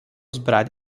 zbraň